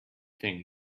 thing